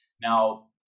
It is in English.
now